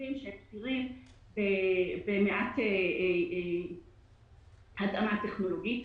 חושבים שהם פתירים במעט התאמה טכנולוגית.